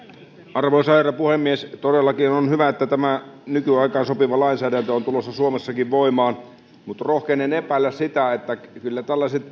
arvoisa herra puhemies todellakin on hyvä että tämä nykyaikaan sopiva lainsäädäntö on tulossa suomessakin voimaan mutta rohkenen epäillä että kyllä tällaiset